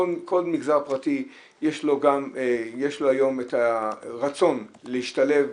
לכל מגזר פרטי יש היום את הרצון להשתלב,